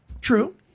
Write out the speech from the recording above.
True